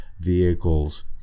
vehicles